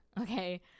okay